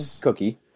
cookie